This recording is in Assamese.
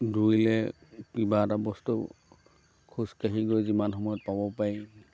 দৌৰিলে কিবা এটা বস্তু খোজকাঢ়ি গৈ যিমান সময়ত পাব পাৰি